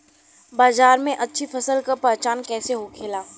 बाजार में अच्छी फसल का पहचान कैसे होखेला?